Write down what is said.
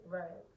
right